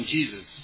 Jesus